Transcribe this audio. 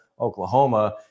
Oklahoma